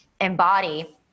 embody